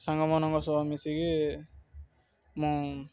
ସାଙ୍ଗମାନଙ୍କ ସହ ମିଶିକି ମୁଁ